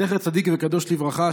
זכר צדיק וקדוש לברכה,